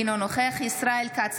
אינו נוכח ישראל כץ,